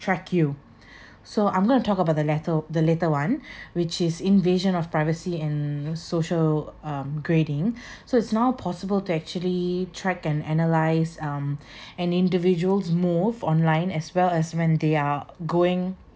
track you so I'm going to talk about the lattle the later one which is invasion of privacy and social um grading so it's now possible to actually track and analyse um an individual's move online as well as when they are going